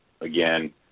again